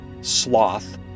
sloth